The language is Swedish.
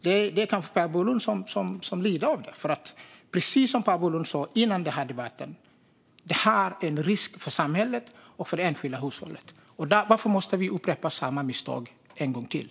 Precis som Per Bolund sa före den här debatten innebär det här en risk för samhället och det enskilda hushållet. Varför måste vi upprepa samma misstag en gång till?